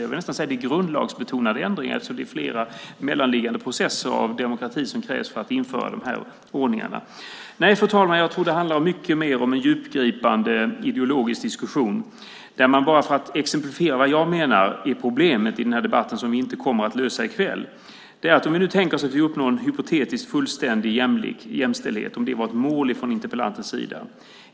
Jag vill nästan säga att det är fråga om grundlagsbetonade ändringar eftersom det är flera mellanliggande demokratiska processer som krävs för att införa en sådan här ordning. Nej, fru talman, jag tror att det mycket mer handlar om en djupgripande ideologisk diskussion. Jag säger detta bara för att exemplifiera vad jag menar är problemet i den här debatten, som vi inte kommer att lösa i kväll. Låt oss tänka oss att vi uppnår en hypotetiskt fullständig jämställdhet - om det nu var ett mål från interpellantens sida.